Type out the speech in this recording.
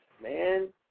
man